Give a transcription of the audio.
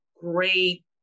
great